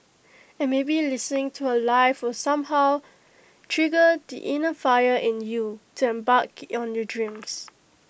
and maybe listening to her live will somehow trigger the inner fire in you to embark on your dreams